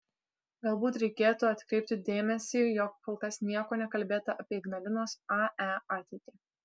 galbūt reikėtų atkreipti dėmesį jog kol kas nieko nekalbėta apie ignalinos ae ateitį